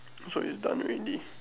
so it's done already